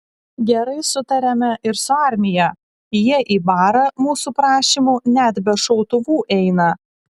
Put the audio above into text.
gerai sutariame ir su armija jie į barą mūsų prašymu net be šautuvų eina